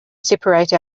separate